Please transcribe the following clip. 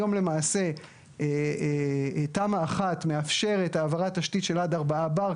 היום למעשה תמ"א 1 מאפשרת העברת תשתית של עד 4 בר.